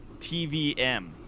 TVM